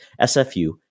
SFU